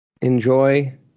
enjoy